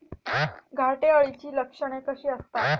घाटे अळीची लक्षणे कशी असतात?